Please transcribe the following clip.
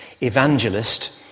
evangelist